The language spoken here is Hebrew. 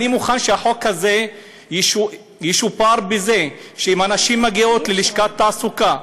אני מוכן שהחוק הזה ישופר בזה שאם הנשים מגיעות ללשכת תעסוקה,